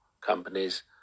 companies